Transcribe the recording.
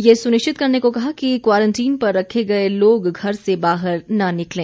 ये सुनिश्चित करने को कहा कि क्वारंटीन पर रखे गए लोग घर से बाहर न निकलें